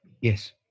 Yes